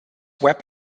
web